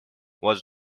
was